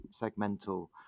segmental